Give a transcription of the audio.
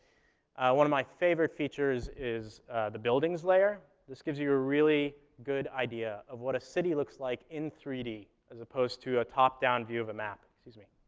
one of my favorite features is the buildings layer. this gives you you a really good idea of what a city looks like in three d as opposed to a top-down view of a map. excuse me.